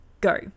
go